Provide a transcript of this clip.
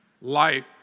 life